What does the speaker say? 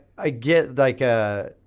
i get like a